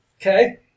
Okay